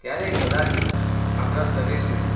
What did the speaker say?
ત્યારે કદાચ આપણા શરીરને